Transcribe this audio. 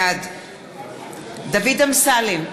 בעד דוד אמסלם,